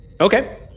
Okay